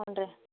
ಹ್ಞೂ ರೀ